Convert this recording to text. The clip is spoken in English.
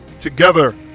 Together